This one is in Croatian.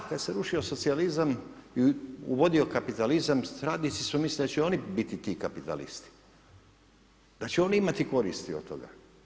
Da, kada se rušio socijalizam i uvodio kapitalizam radnici su mislili da će oni biti ti kapitalisti, da će oni imati koristi od toga.